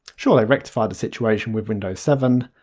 sure they rectified the situation with windows seven,